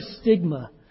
stigma